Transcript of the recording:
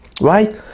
Right